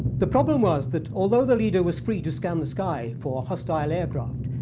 the problem was that although the leader was free to scan the sky for hostile aircraft,